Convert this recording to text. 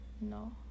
No